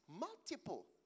multiple